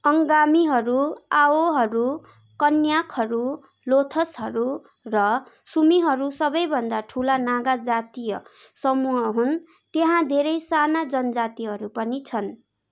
अङ्गामीहरू आओहरू कन्याकहरू लोथसहरू र सुमीहरू सबैभन्दा ठुला नागा जातीय समूह हुन् त्यहाँ धेरै साना जनजातिहरू पनि छन्